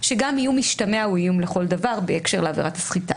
שגם איום משתמע הוא איום לכל דבר בהקשר לעבירת הסחיטה,